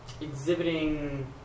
exhibiting